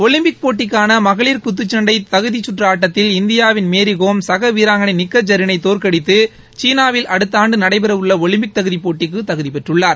Olympic போட்டிக்கான மகளிர் குத்துச்சண்டை தகுதி சுற்று ஆட்டத்தில் இந்தியாவின் மேரிகோம் சக வீராங்களை நிக்கத் ஜரிளைதோற்கடித்து சீனாவில் அடுத்த ஆண்டு நடைபெறவுள்ள ஒலிம்பிக் தகுதிப் போட்டிக்கு தகுதி பெற்றுள்ளார்